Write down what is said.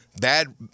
Bad